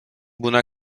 buna